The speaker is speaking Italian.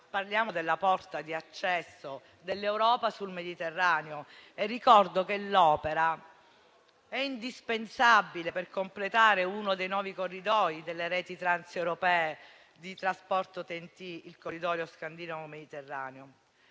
parliamo della porta di accesso dell'Europa sul Mediterraneo. Ricordo che l'opera è indispensabile per completare uno dei nuovi corridoi delle reti trans-europee di trasporto TEN-T, il Corridoio Scandinavo-Mediterraneo,